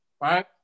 right